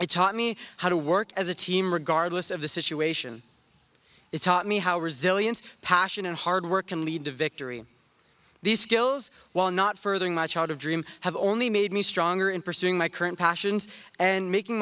it taught me how to work as a team regardless of the situation it's taught me how resilience passion and hard work can lead to victory these skills while not furthering my childhood dream have only made me stronger in pursuing my current passions and making